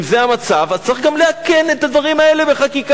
אם זה המצב אז צריך גם לעדכן את הדברים האלה בחקיקה.